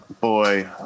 Boy